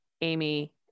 amy